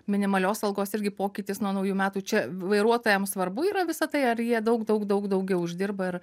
minimalios algos irgi pokytis nuo naujų metų čia vairuotojams svarbu yra visa tai ar jie daug daug daug daugiau uždirba ir